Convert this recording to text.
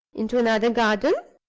into another garden?